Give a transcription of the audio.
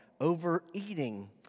Overeating